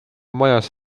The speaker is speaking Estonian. majas